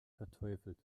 verteufelt